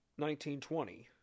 1920